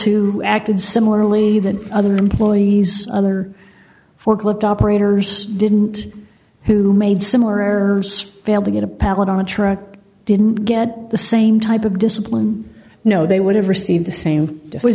who acted similarly than other employees other forklift operators didn't who made similar errors fail to get a pallet on the truck didn't get the same type of discipline you know they would have received the same was